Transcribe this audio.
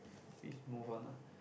please move on lah